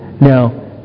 Now